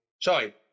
Sorry